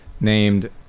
named